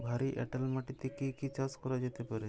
ভারী এঁটেল মাটিতে কি কি চাষ করা যেতে পারে?